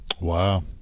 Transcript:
Wow